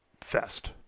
fest